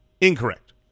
Incorrect